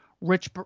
rich